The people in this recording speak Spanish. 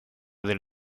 del